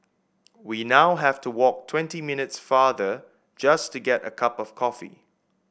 we now have to walk twenty minutes farther just to get a cup of coffee